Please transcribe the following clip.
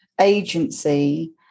agency